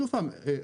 שוב פעם,